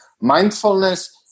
Mindfulness